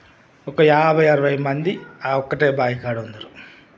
ఒక యాభై అరవై మంది ఆ ఒకటే బాయికాడ ఉందురు